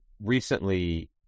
recently